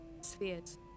spheres